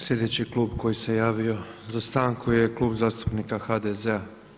Sljedeći klub koji se javio za stanku je Klub zastupnika HDZ-a.